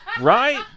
Right